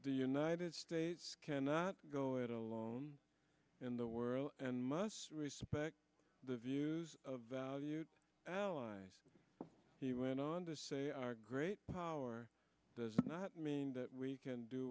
the united states cannot go it alone in the world and must respect the views of allies he went on to say our great power does not mean that we can do